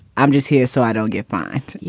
i'm just here so i don't get fined.